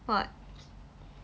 what